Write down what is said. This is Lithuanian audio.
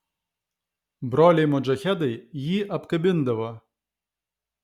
broliai modžahedai jį apkabindavo